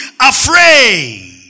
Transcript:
afraid